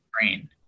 brain